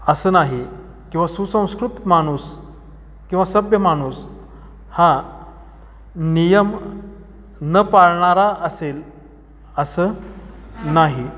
असं नाही किंवा सुसंस्कृत माणूस किंवा सभ्य माणूस हा नियम न पाळणारा असेल असं नाही